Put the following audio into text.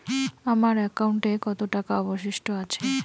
আমার একাউন্টে কত টাকা অবশিষ্ট আছে?